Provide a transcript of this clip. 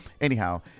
anyhow